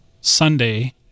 Sunday